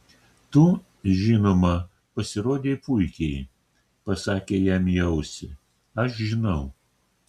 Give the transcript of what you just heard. tu žinoma pasirodei puikiai pasakė jam į ausį aš žinau